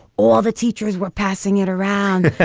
all the teachers were passing it around.